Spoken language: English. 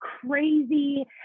crazy